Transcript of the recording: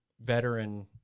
veteran